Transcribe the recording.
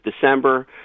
December